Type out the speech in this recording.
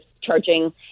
charging